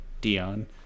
Dion